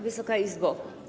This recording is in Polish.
Wysoka Izbo!